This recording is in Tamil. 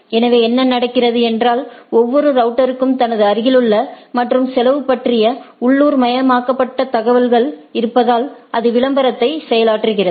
எனவே என்ன நடக்கிறது என்றாள் ஒவ்வொரு ரவுட்டர்க்கும் தனது அருகிலுள்ள மற்றும் செலவு பற்றிய உள்ளூர்மயமாக்கப்பட்ட தகவல்கள் இருப்பதால் அது விளம்பரத்தை செயலாற்றுகிறது